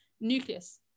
nucleus